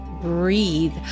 breathe